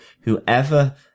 whoever